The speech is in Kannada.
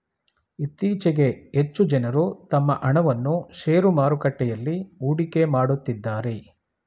ಇತ್ತೀಚೆಗೆ ಹೆಚ್ಚು ಜನರು ತಮ್ಮ ಹಣವನ್ನು ಶೇರು ಮಾರುಕಟ್ಟೆಯಲ್ಲಿ ಹೂಡಿಕೆ ಮಾಡುತ್ತಿದ್ದಾರೆ